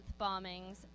bombings